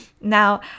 now